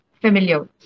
familiar